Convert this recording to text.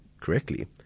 correctly